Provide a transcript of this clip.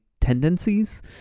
tendencies